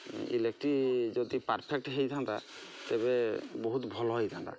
electric ଯଦି perfect ହୋଇଥାନ୍ତା ତେବେ ବହୁତ ଭଲ ହୋଇଥାନ୍ତା